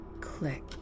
click